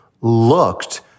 looked